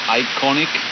iconic